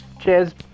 cheers